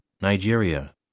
Nigeria